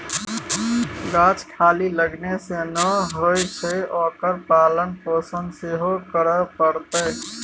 गाछ खाली लगेने सँ नै होए छै ओकर पालन पोषण सेहो करय पड़तै